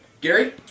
Gary